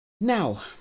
Now